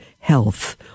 health